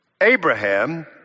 Abraham